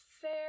fair